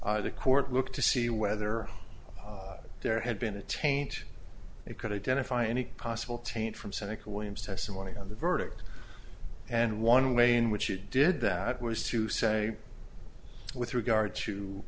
warn the court looked to see whether there had been a taint it could identify any possible taint from seneca williams testimony on the verdict and one way in which he did that was to say with regard to